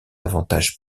avantage